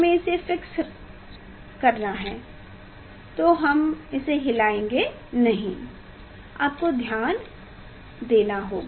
हमें इसे फिक्स करना चाहिए तो हम इसे हिलाएंगे नहीं आपको ध्यान देना होगा